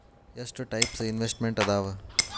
ಎಷ್ಟ types investments ಅದಾವ